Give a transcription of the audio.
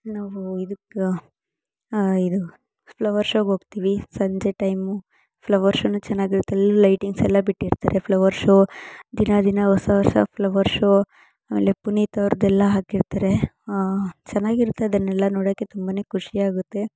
ನಾವು ಇದಕ್ಕೆ ಇದು ಫ್ಲವರ್ ಶೋಗೆ ಹೋಗ್ತೀವಿ ಸಂಜೆ ಟೈಮು ಫ್ಲವರ್ ಶೋನು ಚೆನ್ನಾಗಿರುತ್ತೆ ಅಲ್ಲಿ ಲೈಟಿಂಗ್ಸ್ ಎಲ್ಲ ಬಿಟ್ಟಿರ್ತಾರೆ ಫ್ಲವರ್ ಶೋ ದಿನ ದಿನ ಹೊಸ ಹೊಸ ಫ್ಲವರ್ ಶೋ ಅಲ್ಲಿ ಪುನೀತ್ ಅವ್ರದೆಲ್ಲ ಹಾಕಿರ್ತಾರೆ ಚೆನ್ನಾಗಿರುತ್ತೆ ಅದನ್ನೆಲ್ಲ ನೋಡೋಕ್ಕೆ ತುಂಬನೇ ಖುಷಿಯಾಗುತ್ತೆ